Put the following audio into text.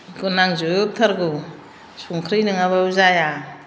बेखौ नांजोबथारगौ संख्रि नङाबाबो जाया